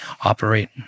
operate